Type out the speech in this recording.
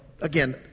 again